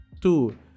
two